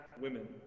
women